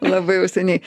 labai jau seniai